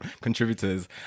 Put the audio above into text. contributors